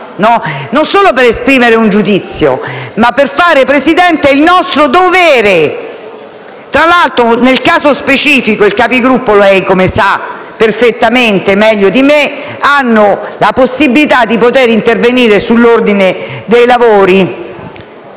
non solo per esprimere un giudizio ma per fare, signor Presidente, il proprio dovere. Tra l'altro, nel caso specifico i Capigruppo - come lei sa perfettamente meglio di me - hanno la possibilità di intervenire sull'ordine dei lavori.